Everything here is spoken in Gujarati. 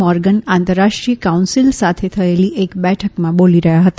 મોર્ગન આંતરરાષ્ટ્રીય કાઉન્સિલ સાથે થયેલી એક બેઠકમાં બોલી રહ્યા હતા